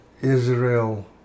Israel